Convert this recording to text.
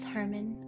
Herman